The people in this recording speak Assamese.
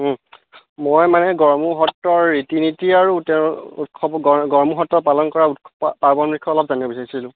মই মানে গড়মূৰ সত্ৰৰ ৰীতি নীতি আৰু তেওঁৰ উৎসৱ গড়মূৰ সত্ৰ পালন কৰা পাৰ্বণ বিষয়ে অলপ জানিব বিচাৰিছিলোঁ